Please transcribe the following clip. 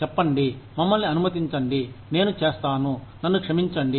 చెప్పండి మమ్మల్ని అనుమతించండి నేను చేస్తాను నన్ను క్షమించండి